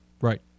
Right